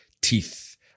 teeth